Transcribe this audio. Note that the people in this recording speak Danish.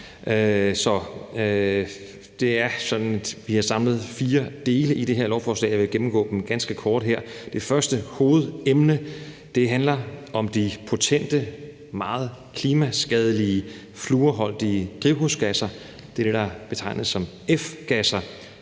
Det er sådan, at vi har samlet fire dele i det her lovforslag, og jeg vil gennemgå dem ganske kort her. Det første hovedemne handler om de potente og meget klimaskadelige flourholdige drivhusgasser. Det er det, der betegnes som F-gasser,